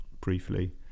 briefly